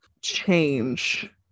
change